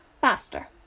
faster